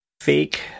Fake